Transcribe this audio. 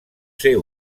ser